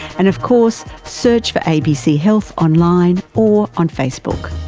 and of course search for abc health online or on facebook.